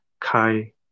Kai